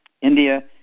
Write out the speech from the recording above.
India